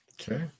Okay